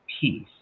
peace